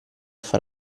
far